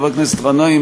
חבר הכנסת גנאים,